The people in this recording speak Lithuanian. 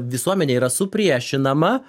visuomenė yra supriešinama